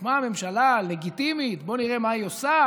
הוקמה ממשלה לגיטימית, בוא נראה מה היא עושה,